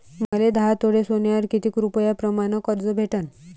मले दहा तोळे सोन्यावर कितीक रुपया प्रमाण कर्ज भेटन?